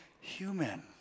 human